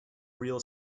real